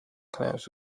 clouds